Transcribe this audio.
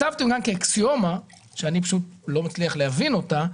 הצבת תמונה כאקסיומה שאני פשוט לא מצליח להבין אותה.